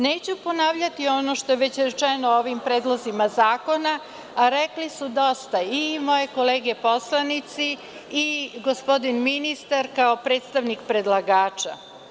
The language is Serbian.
Neću ponavljati ono što je već rečeno o ovim predlozima zakona, a rekli su dosta, i moje kolege poslanici i gospodin ministar kao predstavnik predlagača.